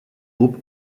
groupe